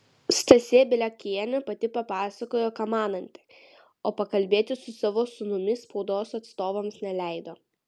stasė bieliakienė pati papasakojo ką mananti o pakalbėti su savo sūnumi spaudos atstovams neleido